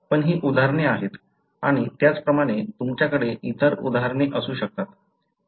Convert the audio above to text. पण ही उदाहरणे आहेत आणि त्याचप्रमाणे तुमच्याकडे इतर उदाहरणे असू शकतात